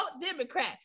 Democrat